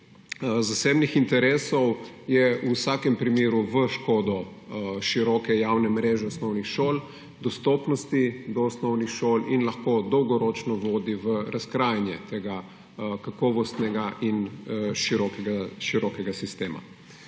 zasebnih interesov je v vsakem primeru v škodo široke javne mreže osnovnih šol, dostopnosti do osnovnih šol in lahko dolgoročno vodi v razkrajanje tega kakovostnega in širokega sistema.